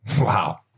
Wow